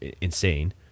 insane